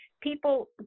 people